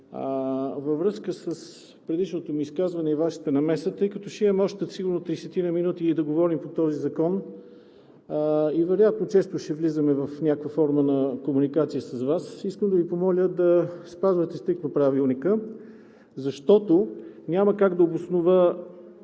във връзка с предишното ми изказване и Вашата намеса. Тъй като ще имаме сигурно още 30-ина минути да говорим по този закон, и вероятно често ще влизаме в някаква форма на комуникация с Вас, искам да Ви помоля да спазвате стриктно Правилника. Няма как да обоснова